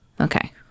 Okay